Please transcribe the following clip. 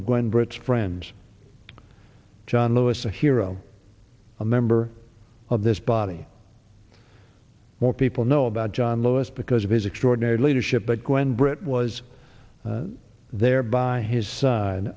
of going brits friends john lewis a hero a member of this body more people know about john lewis because of his extraordinary leadership but gwen britt was there by his s